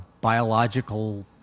biological